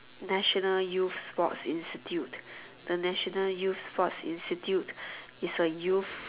national youth sports institute the national youth sports institute is a youth